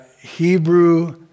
Hebrew